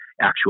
actual